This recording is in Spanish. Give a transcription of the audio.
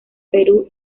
perú